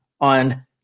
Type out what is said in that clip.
on